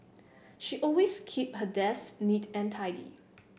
she always keeps her desk neat and tidy